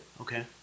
Okay